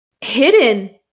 hidden